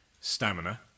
stamina